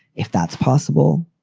if that's possible.